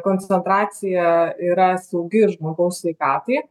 koncentracija yra saugi žmogaus sveikatai